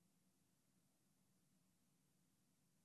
לכן